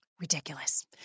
Ridiculous